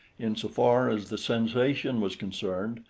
in so far as the sensation was concerned,